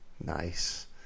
Nice